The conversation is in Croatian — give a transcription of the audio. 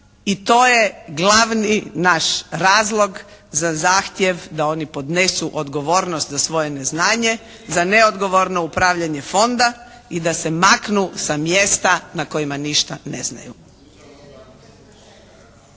i to je glavni naš razlog za zahtjev da oni podnesu odgovornost za svoje neznanje, za neodgovorno upravljanje Fonda i da se maknu sa mjesta na kojima ništa ne znaju.